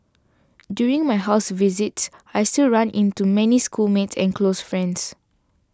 during my house visits I still run into many schoolmates and close friends